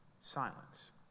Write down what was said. Silence